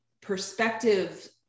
perspective